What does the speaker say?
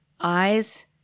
eyes